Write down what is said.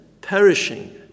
perishing